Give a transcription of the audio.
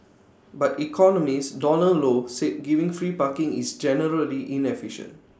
but economist Donald low said giving free parking is generally inefficient